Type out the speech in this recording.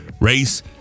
race